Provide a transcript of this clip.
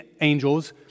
angels